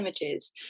images